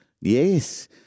Yes